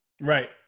Right